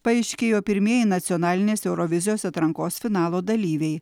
paaiškėjo pirmieji nacionalinės eurovizijos atrankos finalo dalyviai